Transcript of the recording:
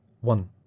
One